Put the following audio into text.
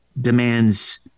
demands